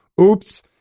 oops